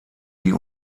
die